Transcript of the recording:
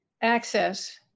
access